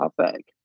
topic